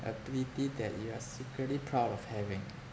ability that you are secretly proud of having